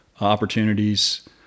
opportunities